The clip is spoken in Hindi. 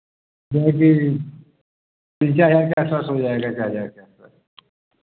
जो है कि तीन चार हज़ार के आस पास हो जाएगा चार हज़ार के आस पास